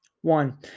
One